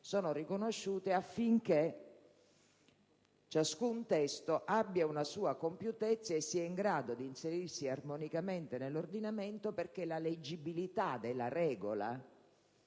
Governo affinché ciascun testo abbia una sua compiutezza e sia in grado di inserirsi armonicamente nell'ordinamento, perché la leggibilità della regola